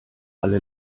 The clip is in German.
alle